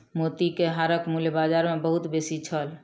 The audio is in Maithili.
मोती के हारक मूल्य बाजार मे बहुत बेसी छल